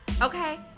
Okay